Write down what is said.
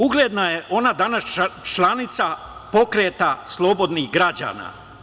Ugledna je ona danas članica Pokreta slobodnih građana.